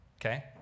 Okay